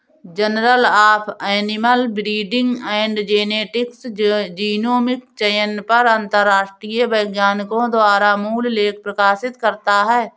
journal of animal breeding and genetics genomic चयन पर अंतरराष्ट्रीय वैज्ञानिकों द्वारा मूल लेख प्रकाशित करता है